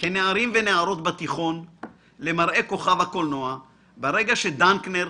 כנערים ונערכות בתיכון למראה כוכב הקולנוע ברגע שדנקנר,